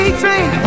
train